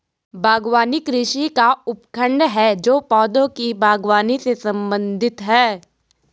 बागवानी कृषि का उपखंड है जो पौधों की बागवानी से संबंधित है